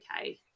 okay